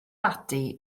ati